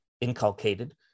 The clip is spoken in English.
inculcated